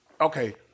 okay